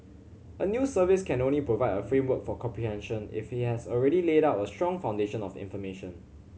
a news service can only provide a framework for comprehension if he has already laid a strong foundation of information